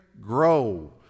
Grow